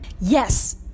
Yes